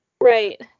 right